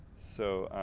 so